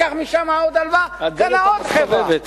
לקח משם עוד הלוואה וקנה חברה.